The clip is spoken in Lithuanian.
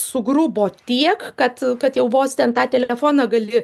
sugrubo tiek kad kad jau vos ten tą telefoną gali